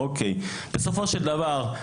בסופו של דבר,